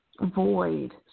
void